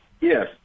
Yes